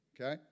okay